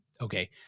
Okay